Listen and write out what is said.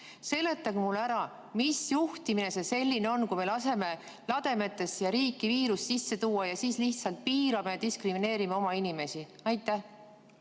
Seletage mulle ära, mis juhtimine see selline on, kui me laseme lademetes viirust riiki sisse tuua ja siis lihtsalt piirame ja diskrimineerime oma inimesi. Ma